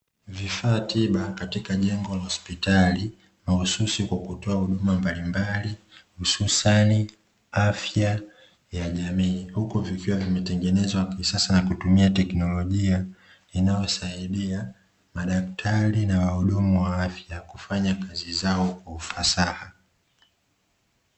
Vifaa tiba katika jengo la hospitali, mahususi kwa kutoa huduma mbalimbali, hususani afya ya jamii, huku vikiwa vimetengenezwa kisasa na kutumia teknolojia inayosaidia, madaktari na wahudumu wa afya, kufanya kazi zao kwa ufasaha.